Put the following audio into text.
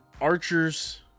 Archers